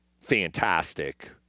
fantastic